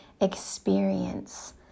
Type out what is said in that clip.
experience